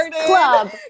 Club